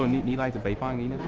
goodnight but ah nice